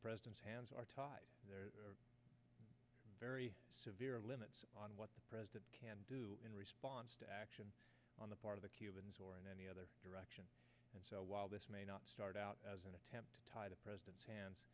president's hands are tied there very severe limits on what the president can do in response to action on the part of the cubans or in any other direction so while this may not start out as an attempt to tie the president's hands